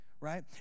right